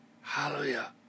hallelujah